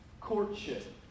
courtship